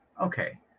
Okay